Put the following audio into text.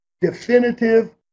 definitive